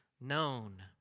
known